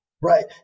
Right